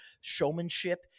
showmanship